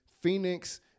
Phoenix